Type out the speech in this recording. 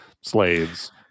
slaves